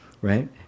Right